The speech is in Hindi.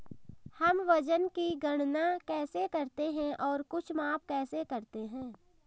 हम वजन की गणना कैसे करते हैं और कुछ माप कैसे करते हैं?